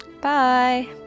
Bye